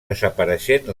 desapareixent